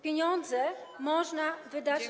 Pieniądze można wydać.